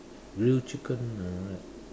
grilled chicken and all that